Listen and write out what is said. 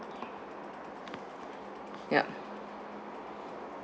yup